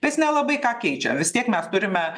nes nelabai ką keičia vis tiek mes turime